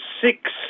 six